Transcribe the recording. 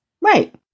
right